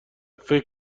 فکر